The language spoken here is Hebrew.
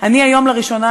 אני היום לראשונה,